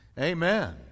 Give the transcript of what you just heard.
Amen